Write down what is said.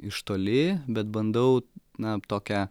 iš toli bet bandau na tokią